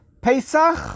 Pesach